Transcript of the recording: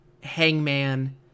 Hangman